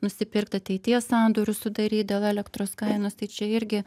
nusipirkt ateities sandorius sudaryt dėl elektros kainos tai čia irgi